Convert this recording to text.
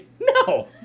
No